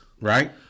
Right